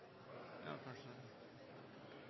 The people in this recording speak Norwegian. ja,